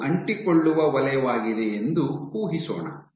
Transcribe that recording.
ಇದು ಅಂಟಿಕೊಳ್ಳವ ವಲಯವಾಗಿದೆ ಎಂದು ಊಹಿಸೋಣ